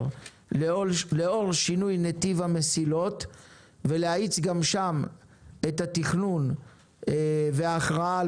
לאור שינוי נתיב המסילות ולהאיץ גם שם את התכנון וההכרעה על